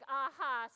aha